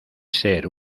ser